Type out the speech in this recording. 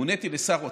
מוניתי לשר אוצר,